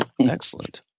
Excellent